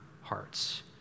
hearts